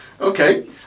Okay